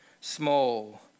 small